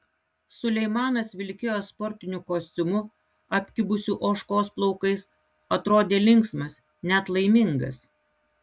suleimanas vilkėjo sportiniu kostiumu apkibusiu ožkos plaukais atrodė linksmas net laimingas